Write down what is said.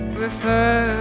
refer